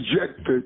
rejected